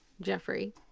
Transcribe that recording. Jeffrey